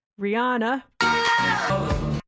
Rihanna